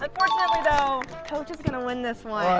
but coach is going to win this one.